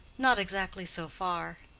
not exactly so far.